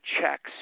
checks